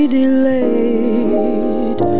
delayed